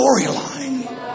storyline